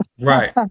Right